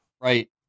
right